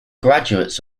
graduates